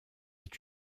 est